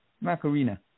Macarena